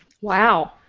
Wow